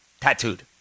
Tattooed